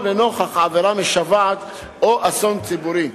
או לנוכח עבירה משוועת או אסון ציבורי".